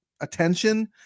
attention